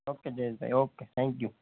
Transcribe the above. okay Jayeshbhai okay thank you